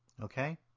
okay